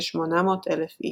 כ-800 אלף איש.